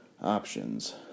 Options